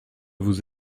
vous